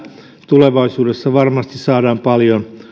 tulevaisuudessa varmasti saadaan paljon